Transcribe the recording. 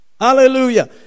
Hallelujah